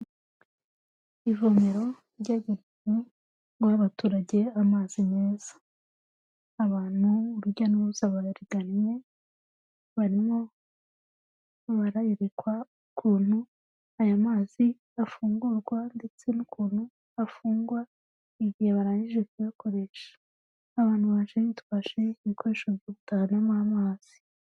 Ivomero ryagenewe guha abaturage amazi meza, abantu urujya n'uruza bararigannye barimo bararekwa ukuntu aya mazi afungurwa ndetse n'ukuntu afungwa igihe barangije kuyakoresha, abantu baje bitwaje ibikoresho byo gutahanamo amazi.